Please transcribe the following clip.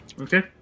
Okay